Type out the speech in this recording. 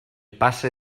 passe